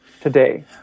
today